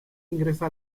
ingresa